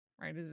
right